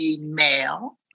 male